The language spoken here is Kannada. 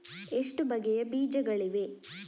ಎಷ್ಟು ಬಗೆಯ ಬೀಜಗಳಿವೆ?